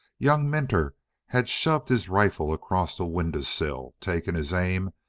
young minter had shoved his rifle across a window sill, taken his aim,